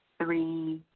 three,